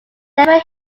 devil